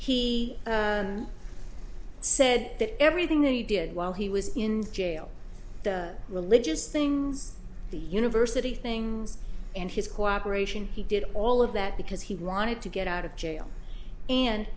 he said that everything that he did while he was in jail the religious things the university things and his cooperation he did all of that because he wanted to get out of jail and